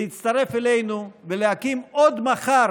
להצטרף אלינו ולהקים עוד מחר,